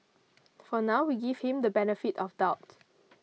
for now we give him the benefit of doubt